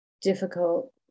difficult